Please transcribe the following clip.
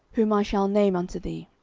whom i shall name unto thee.